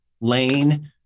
lane